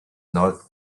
not